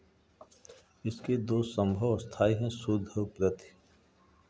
इसके दो संभव स्थायी हैं शुद्ध औ प्रथि